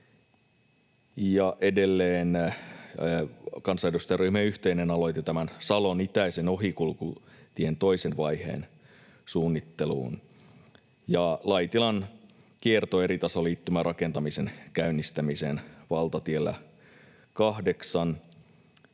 edelleen on kansanedustajaryhmän yhteinen aloite Salon itäisen ohikulkutien toisen vaiheen suunnitteluun ja Laitilan kiertoeritasoliittymän rakentamisen käynnistämiseen valtatiellä 8